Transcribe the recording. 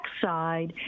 side